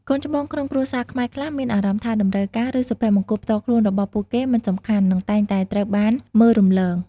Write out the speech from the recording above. កូនច្បងក្នុងគ្រួសារខ្មែរខ្លះមានអារម្មណ៍ថា តម្រូវការ ឬ សុភមង្គលផ្ទាល់ខ្លួនរបស់ពួកគេមិនសំខាន់ និងតែងតែត្រូវបានមើលរំលង។